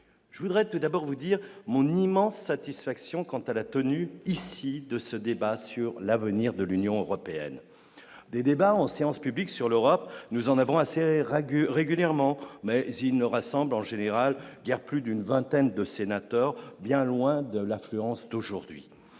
je voudrais tout d'abord vous dire mon immense satisfaction quant à la tenue ici de ce débat sur l'avenir de l'Union européenne des débats en séance publique sur l'Europe, nous en avons assez RAGU régulièrement, mais il ne rassemble en général il y a plus d'une vingtaine de sénateurs, bien loin de l'affluence d'aujourd'hui,